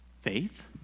faith